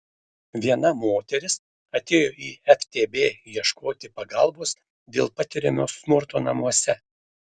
viena moteris atėjo į ftb ieškoti pagalbos dėl patiriamo smurto namuose